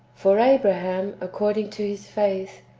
for abra ham, according to his faith,